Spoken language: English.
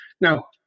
Now